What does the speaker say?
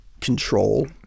control